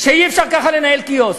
שאי-אפשר כך לנהל סיעות.